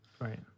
Right